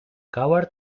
coward